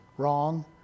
wrong